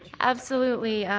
absolutely.